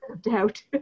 doubt